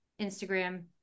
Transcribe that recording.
Instagram